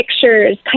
pictures